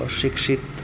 અશિક્ષિત